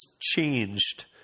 changed